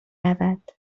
رود